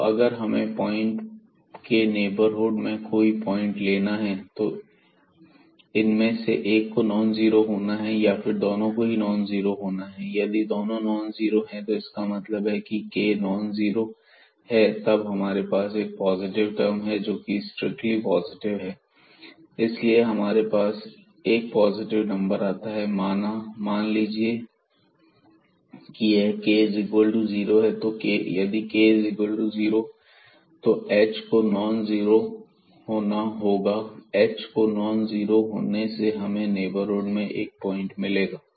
तो अगर हमें पॉइंट के नेबरहुड में कोई पॉइंट लेना है तो इनमें से एक को नॉन जीरो होना है या फिर दोनों को ही नॉन जीरो होना है यदि दोनों नॉन जीरो हैं इसका मतलब यह है कि यह k नॉन जीरो है तब हमारे पास एक पॉजिटिव टर्म जोकि स्ट्रिक्टली पॉजिटिव है मिलेगी हमारे पास एक पॉजिटिव नंबर आता है माना मान लीजिए कि यह k0 तो यदि k0 तो h को नॉन जीरो होना होगा h को नॉन जीरो होने से हमें नेबरहुड में 1 पॉइंट मिलेगा